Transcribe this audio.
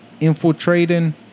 Infiltrating